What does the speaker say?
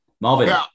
Marvin